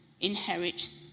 inherit